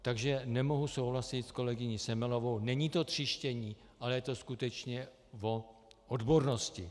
Takže nemohu souhlasit s kolegyní Semelovou, není to tříštění, ale je to skutečně o odbornosti.